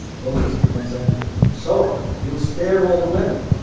moses becomes angry so you've spared all the women,